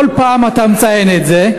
כל פעם אתה מציין את זה.